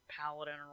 paladin